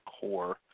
core